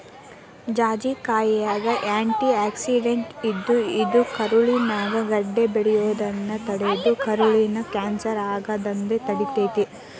ಜಾಜಿಕಾಯಾಗ antioxidant ಇದ್ದು, ಇದು ಕರುಳಿನ್ಯಾಗ ಗಡ್ಡೆ ಬೆಳಿಯೋದನ್ನ ತಡದು ಕರುಳಿನ ಕ್ಯಾನ್ಸರ್ ಆಗದಂಗ ತಡಿತೇತಿ